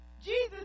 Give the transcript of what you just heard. Jesus